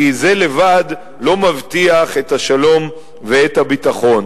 כי זה לבד לא מבטיח את השלום ואת הביטחון.